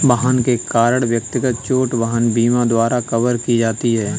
वाहन के कारण व्यक्तिगत चोट वाहन बीमा द्वारा कवर की जाती है